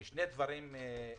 שני דברים ספציפיים.